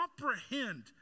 comprehend